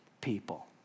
people